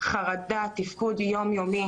נגד חרדה ובתפקוד יום-יומי.